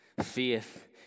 Faith